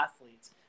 athletes